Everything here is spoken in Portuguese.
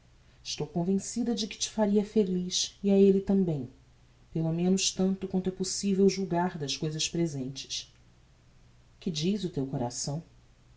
estou convencida de que te faria feliz e a elle também pelo menos tanto quanto é possivel julgar das cousas presentes que diz o teu coração